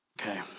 okay